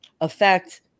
affect